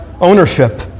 ownership